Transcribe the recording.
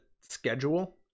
schedule